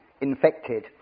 infected